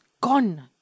gone